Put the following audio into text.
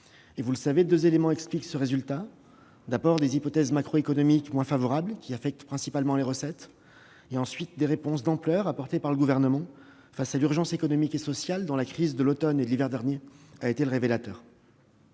Vous savez que deux éléments expliquent ce résultat : d'abord, des hypothèses macroéconomiques moins favorables, qui affectent principalement les recettes ; ensuite, les réponses d'ampleur apportées par le Gouvernement à l'urgence économique et sociale dont la crise de l'automne et de l'hiver derniers a été le révélateur.